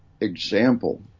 example